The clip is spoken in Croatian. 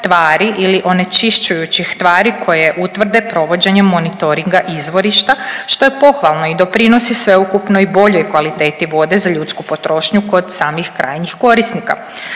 tvari ili onečišćujućih tvari koje utvrde provođenjem monitoringa izvorišta što je pohvalno i doprinosi sveukupnoj i boljoj kvaliteti vode za ljudsku potrošnju kod samih krajnjih samih korisnika.